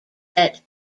that